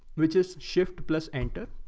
which is shift plus enter,